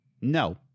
no